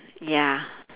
ya